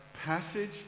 passage